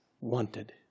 wanted